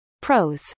Pros